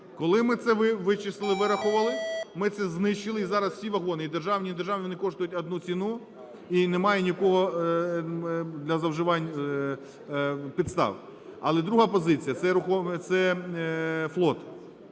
вичислили, вирахували, ми це знищили, і зараз всі вагони – і державні, і недержавні, вони коштують одну ціну, і немає ні в кого для зловживань підстав. Але друга позиція, це